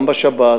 גם בשב"ס,